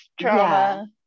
trauma